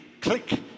click